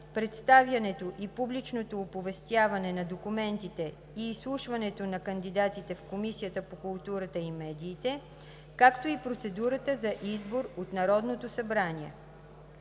представянето и публичното оповестяване на документите и изслушването на кандидатите в Комисията по културата и медиите, както и процедурата за избор от Народното събрание: